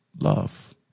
love